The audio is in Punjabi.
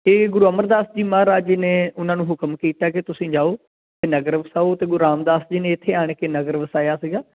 ਅਤੇ ਗੁਰੂ ਅਮਰਦਾਸ ਜੀ ਮਹਾਰਾਜ ਜੀ ਨੇ ਉਹਨਾਂ ਨੂੰ ਹੁਕਮ ਕੀਤਾ ਕਿ ਤੁਸੀਂ ਜਾਓ ਅਤੇ ਨਗਰ ਵਸਾਓ ਅਤੇ ਗੁਰੂ ਰਾਮਦਾਸ ਜੀ ਨੇ ਇੱਥੇ ਆਣ ਕੇ ਨਗਰ ਵਸਾਇਆ ਸੀਗਾ